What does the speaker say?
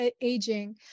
aging